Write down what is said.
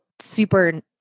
super